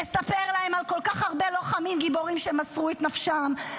נספר להן על כל כך הרבה לוחמים גיבורים שמסרו את נפשם,